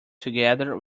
together